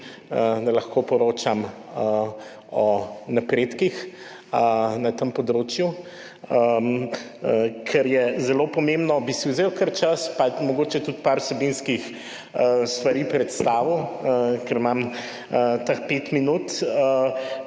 da lahko poročam o napredkih na tem področju. Ker je zelo pomembno, bi si kar vzel čas pa mogoče tudi nekaj vsebinskih stvari predstavil, ker imam teh pet minut.